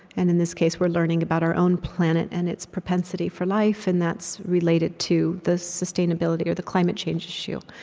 and in this case, we're learning about our own planet and its propensity for life, and that's related to the sustainability or, the climate change issue.